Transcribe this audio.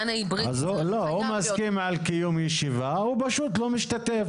הוא מסכים על קיום הישיבה אבל הוא פשוט לא משתתף